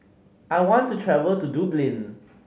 I want to travel to Dublin